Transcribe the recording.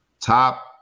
top